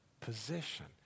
position